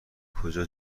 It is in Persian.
کجا